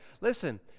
listen